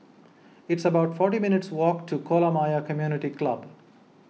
it's about forty minutes' walk to Kolam Ayer Community Club